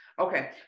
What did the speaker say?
Okay